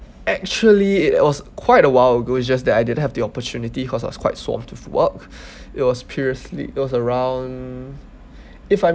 actually it was quite a while ago just that I didn't have the opportunity cause I was quite swamped with work it was previously it was around if I'm